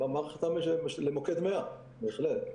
במערכת למוקד 100, בהחלט.